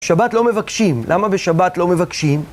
שבת לא מבקשים. למה בשבת לא מבקשים?